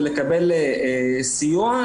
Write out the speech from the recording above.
ולקבל סיוע,